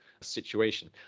situation